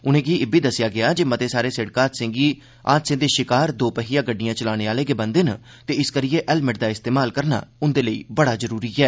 उनें'गी इब्बी दस्सेआ गेआ जे मते सारे सिड़क हादसें दे शिकार दो पहिया गड्डियां चलाने आह्ले गै बनदे ते इसकरियै हैल्मेट दा इस्तेमाल करना उंदे लेई बड़ा जरूरी ऐ